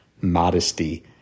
modesty